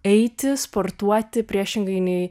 eiti sportuoti priešingai nei